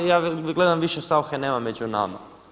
Ja gledam više Sauche nema među nama.